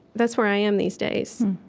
that's where i am, these days